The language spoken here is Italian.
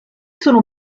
sono